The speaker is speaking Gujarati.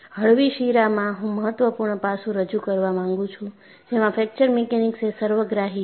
હળવી શીરામાં હું મહત્વપૂર્ણ પાસું રજૂ કરવા માંગુ છું જેમાં ફ્રેકચર મિકેનિક્સએ સર્વગ્રાહી છે